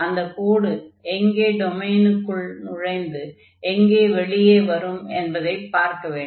அந்த கோடு எங்கே டொமைனுக்குள் நுழைந்து எங்கே வெளியே வரும் என்பதை பார்க்க வேண்டும்